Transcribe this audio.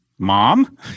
Mom